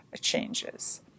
changes